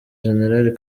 jenerali